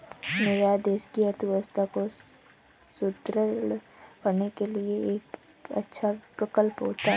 निर्यात देश की अर्थव्यवस्था को सुदृढ़ करने के लिए एक अच्छा प्रकल्प होता है